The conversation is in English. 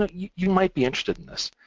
ah you might be interested in this.